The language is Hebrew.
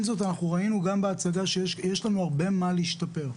עם זאת ראינו בהצגה שיש לנו הרבה מה להשתפר.